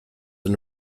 and